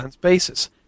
basis